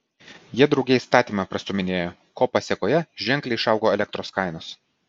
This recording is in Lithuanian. jie drauge įstatymą prastūminėjo ko pasėkoje ženkliai išaugo elektros kainos